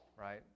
right